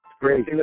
great